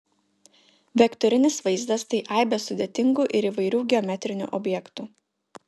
vektorinis vaizdas tai aibė sudėtingų ir įvairių geometrinių objektų